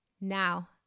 Now